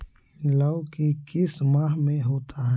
लव की किस माह में होता है?